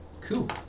Cool